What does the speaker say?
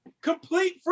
Complete